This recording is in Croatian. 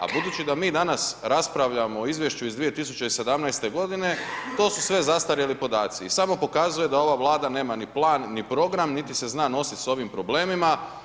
A budući da mi danas, raspravljamo u izvješću iz 2017. g. to su sve zastarjeli podaci i samo pokazuje da ova vlada nema ni plan ni program, niti se zna nositi s ovim problemima.